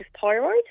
thyroid